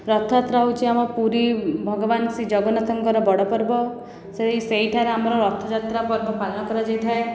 ରଥଯାତ୍ରା ହେଉଛି ଆମ ପୁରୀ ଭଗବାନ ଶ୍ରୀ ଜଗନ୍ନାଥଙ୍କର ବଡ଼ ପର୍ବ ସେଇ ସେହିଠାରେ ଆମର ରଥଯାତ୍ରା ପର୍ବ ପାଳନ କରାଯାଇଥାଏ